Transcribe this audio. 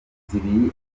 zibiri